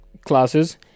classes